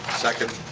second.